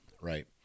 Right